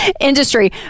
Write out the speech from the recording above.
industry